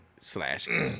slash